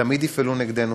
תמיד יפעלו נגדנו,